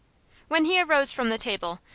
when he arose from the table,